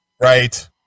Right